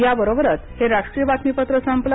या बरोबरच हे राष्ट्रीय बातमीपत्र संपलं